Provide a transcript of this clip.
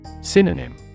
Synonym